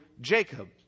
Jacob